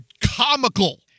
comical